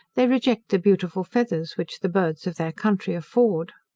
they reject the beautiful feathers which the birds of their country afford.